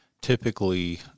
typically